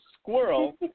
squirrel